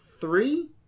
three